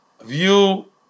view